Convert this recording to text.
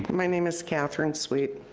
my name is catherine sweet.